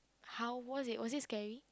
how was it was it scary